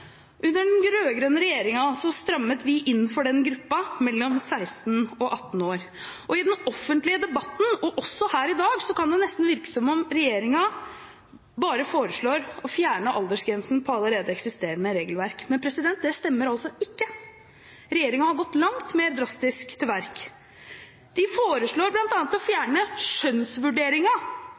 Under den rød-grønne regjeringen strammet vi inn for den gruppen mellom 16 og 18 år. Og i den offentlige debatten, og også her i dag, kan det nesten virke som om regjeringen bare foreslår å fjerne aldersgrensen på allerede eksisterende regelverk. Det stemmer altså ikke. Regjeringen har gått langt mer drastisk til verks. De foreslår bl.a. å fjerne